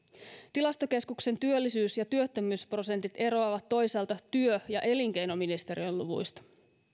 tilastokeskuksen työllisyys ja työttömyysprosentit eroavat toisaalta työ ja elinkeinoministeriön luvuista